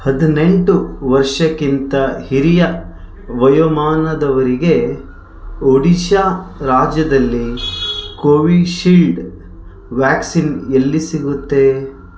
ಹದಿನೆಂಟು ವರ್ಷಕ್ಕಿಂತ ಹಿರಿಯ ವಯೊಮಾನದವರಿಗೆ ಒಡಿಶಾ ರಾಜ್ಯದಲ್ಲಿ ಕೋವಿಶೀಲ್ಡ್ ವ್ಯಾಕ್ಸಿನ್ ಎಲ್ಲಿ ಸಿಗುತ್ತೆ